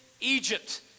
Egypt